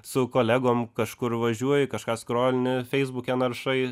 su kolegom kažkur važiuoji kažką skrolini feisbuke naršai